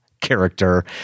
character